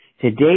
Today